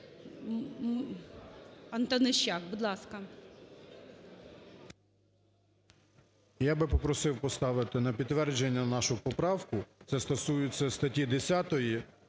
Я би попросив поставити на підтвердження нашу поправку, це стосується статті 10,